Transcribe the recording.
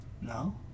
No